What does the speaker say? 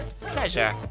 Pleasure